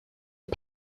her